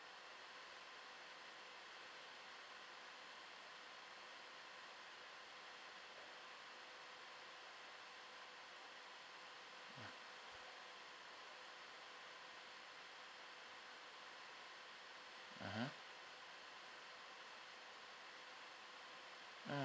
mmhmm mm